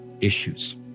issues